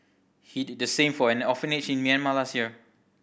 he did the same for an orphanage in Myanmar last year